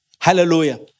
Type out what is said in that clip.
Hallelujah